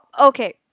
Okay